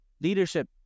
leadership